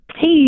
Hey